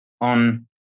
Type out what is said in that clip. on